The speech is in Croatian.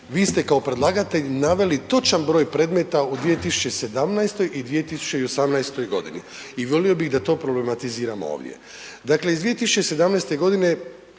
vi ste kao predlagatelj naveli točan broj predmeta u 2017. i 2018.g. i volio bih da to problematiziramo ovdje. Dakle, iz 2017.g.